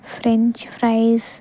French fries